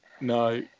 no